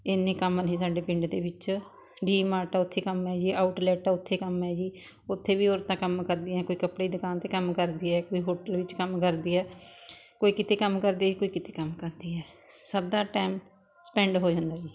ਇੰਨੇ ਕੰਮ ਨੇ ਸਾਡੇ ਪਿੰਡ ਦੇ ਵਿੱਚ ਡੀਮਾਰਟ ਹੈ ਉੱਥੇ ਕੰਮ ਹੈ ਜੀ ਆਊਟਲੈਟ ਹੈ ਉੱਥੇ ਕੰਮ ਹੈ ਜੀ ਉੱਥੇ ਵੀ ਔਰਤਾਂ ਕੰਮ ਕਰਦੀਆਂ ਕੋਈ ਕੱਪੜੇ ਦੀ ਦੁਕਾਨ 'ਤੇ ਕੰਮ ਕਰਦੀ ਹੈ ਕੋਈ ਹੋਟਲ ਵਿੱਚ ਕੰਮ ਕਰਦੀ ਹੈ ਕੋਈ ਕਿਤੇ ਕੰਮ ਕਰਦੀ ਹੈ ਕੋਈ ਕਿਤੇ ਕੰਮ ਕਰਦੀ ਹੈ ਸਭ ਦਾ ਟੈਮ ਸਪੈਂਡ ਹੋ ਜਾਂਦਾ ਜੀ